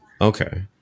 Okay